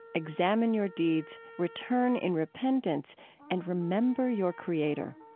examine your deeds. return in repentance and remember your creator.